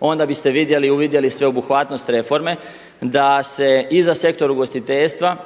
onda biste vidjeli i uvidjeli sveobuhvatnost reforme da se i za sektor ugostiteljstva